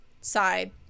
side